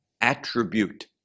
attribute